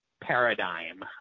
paradigm